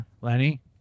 Lenny